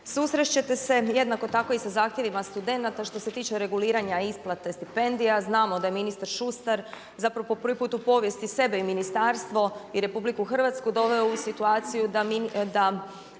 susresti ćete se jednako tako i sa zahtjevima studenata, što se tiče reguliranja isplate stipendija, znamo da je ministar Šustar zapravo po prvi put u povijesti sebe i ministarstvo i RH doveo u situaciju da